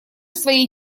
своей